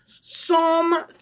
Psalm